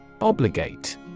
Obligate